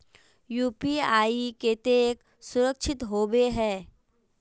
UPI केते सुरक्षित होबे है?